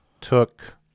took